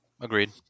Agreed